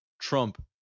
Trump